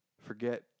Forget